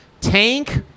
Tank